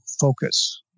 focus